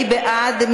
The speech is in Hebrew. מי בעד?